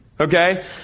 Okay